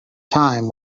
time